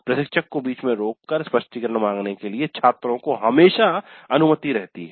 प्रशिक्षक को बीच में रोककर स्पष्टीकरण मांगने के लिए छात्रों को हमेशा अनुमति रहती है